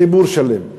ציבור שלם.